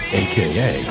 aka